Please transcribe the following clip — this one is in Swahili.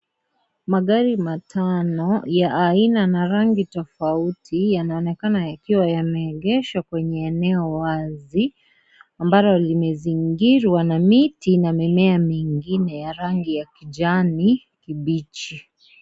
Magari matano ya aina na rangi tofauti, yanaonekana yakiwa yameegeshwa kwenye eneo wazi, ambalo kimezingirwa na miti na mimea mingine ya rangi ya kijani kibichi.